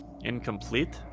incomplete